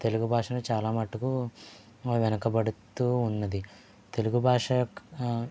తెలుగు భాషను చాలా మటుకు వెనుకబడుతూ ఉన్నది తెలుగు భాష యొక్క